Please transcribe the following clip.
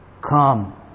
come